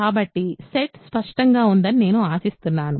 కాబట్టి సెట్ స్పష్టంగా ఉందని నేను ఆశిస్తున్నాను